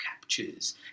captures